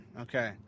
Okay